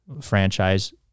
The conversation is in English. franchise